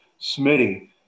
Smitty